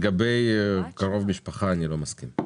לגבי קרוב משפחה אני לא מסכים.